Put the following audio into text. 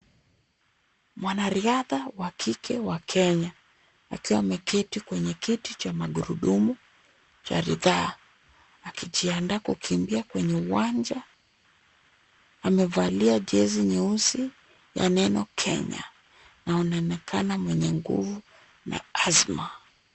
Mwanariadha wa kike wa Kenya. Akiwa ameketi kwenye kiti cha magurudumu, jari daa. Akijianda kukimbia kwenye uwanja, amevalia jezi nyeusi ya neno 'Kenya'. Na onaonekana mwenye nguvu na azma.